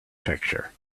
picture